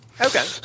okay